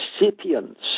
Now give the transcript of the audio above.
recipients